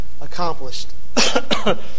accomplished